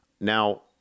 Now